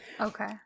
Okay